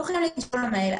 שולחים לי קישור למייל,